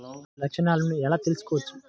అగ్గి తెగులు లక్షణాలను ఎలా తెలుసుకోవచ్చు?